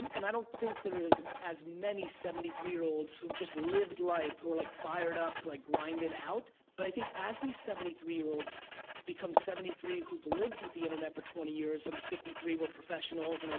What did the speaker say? and i don't think there is as many seventy three year olds who have just lived life who are like fired up to like grind it out, but i think as these seventy three year olds become seventy three who have lived with the internet for twenty years, and at fifty three were professionals, and